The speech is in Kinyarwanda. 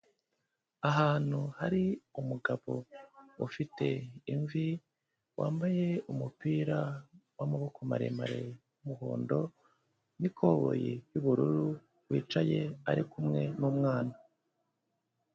Ahantu hari umugabo ufite imvi, wambaye umupira w'amaboko maremare w'umuhondo n'ikoboyi y'ubururu, wicaye ari kumwe n'umwana.